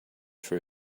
for